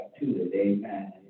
Amen